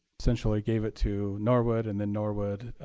essentially gave it to norwood, and then norwood